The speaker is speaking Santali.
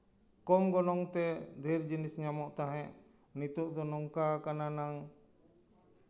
ᱠᱚᱢ ᱜᱚᱱᱚᱝ ᱛᱮ ᱰᱷᱮᱨ ᱡᱤᱱᱤᱥ ᱧᱟᱢᱚᱜ ᱛᱟᱦᱮᱸᱜ ᱱᱤᱛᱚᱜ ᱫᱚ ᱱᱚᱝᱠᱟ ᱠᱟᱱᱟ ᱱᱟᱝ